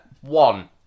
one